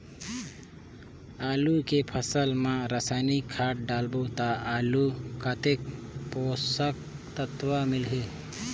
आलू के फसल मा रसायनिक खाद डालबो ता आलू कतेक पोषक तत्व मिलही?